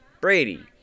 Brady